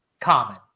common